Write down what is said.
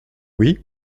oui